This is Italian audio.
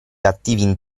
attivi